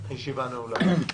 הישיבה נעולה.